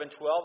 12